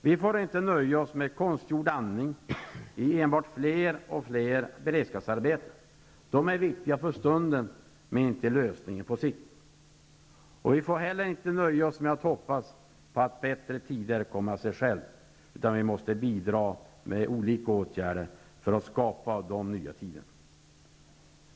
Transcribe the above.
Vi får inte nöja oss med konstgjord andning i form av fler och fler beredskapsarbeten. De är viktiga för stunden men inte lösningen på sikt. Vi får heller inte nöja oss med att hoppas på att bättre tider kommer av sig själv, utan vi måste bidra med olika åtgärder för att skapa de nya tiderna.